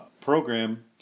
program